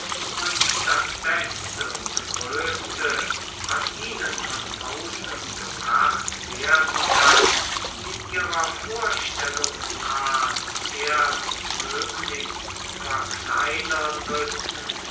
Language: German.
und das beste und größte was ihnen von außen gebracht werden kann in ihrer vorstellungsart erst möglichst verkleinern müssen